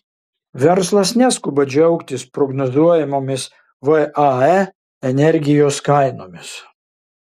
verslas neskuba džiaugtis prognozuojamomis vae energijos kainomis